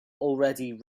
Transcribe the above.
already